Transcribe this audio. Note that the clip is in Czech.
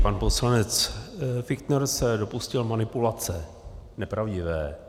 Pan poslanec Fichtner se dopustil manipulace nepravdivé.